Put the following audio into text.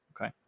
Okay